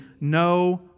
no